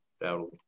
that'll